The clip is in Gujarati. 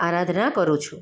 આરાધના કરું છું